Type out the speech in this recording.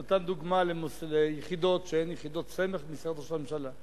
הוא נתן דוגמה ליחידות שהן יחידות סמך במשרד ראש הממשלה.